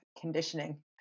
conditioning